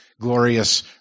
glorious